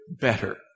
better